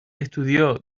estudió